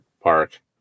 park